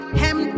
hem